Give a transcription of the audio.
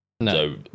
No